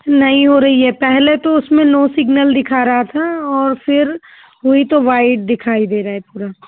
नहीं हो रही है पहले तो उसमे नो सिगनल दिखा रहा था और फिर वही तो वाइट दिखाई दे रहा है एकदम